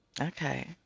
Okay